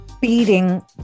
beating